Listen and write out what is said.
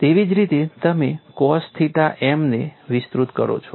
તેવી જ રીતે તમે કોસ થીટા m ને વિસ્તૃત કરો છો